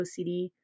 OCD